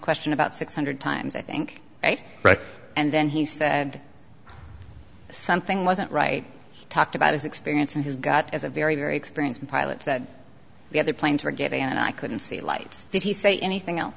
question about six hundred times i think right and then he said something wasn't right talked about his experience and he got as a very very experienced pilots that the other planes were giving and i couldn't see lights did he say anything else